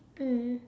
mm